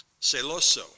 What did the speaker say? celoso